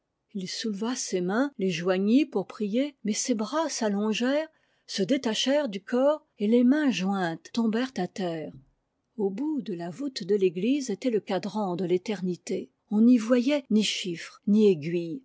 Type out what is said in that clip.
il souleva ses mains tes joignit pour prier mais ses bras s'allongèrent se détachèrent du corps et les mains jointes tombèrent à terre au bout de la voûte de l'église était le cadran de l'éternité on n'y voyait ni chiffres ni aiguilles